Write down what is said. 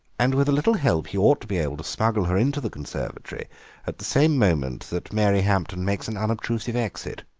and with a little help he ought to be able to smuggle her into the conservatory at the same moment that mary hampton makes an unobtrusive exit.